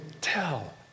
tell